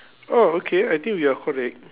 oh okay I think we are correct